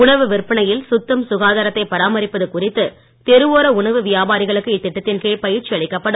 உணவு விற்பனையில் சுத்தம் சுகாதாரத்தை பராமரிப்பது குறித்து தெருவோர உணவு வியாபாரிகளுக்கு இத்திட்டத்தின் கீழ் பயிற்சி அளிக்கப்படும்